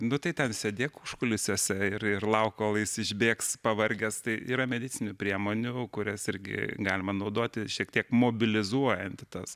nu tai ten sėdėk užkulisiuose ir ir lauk kol jis išbėgs pavargęs tai yra medicininių priemonių kurias irgi galima naudoti šiek tiek mobilizuojanti tas